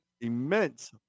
immense